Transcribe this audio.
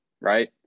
right